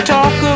Talk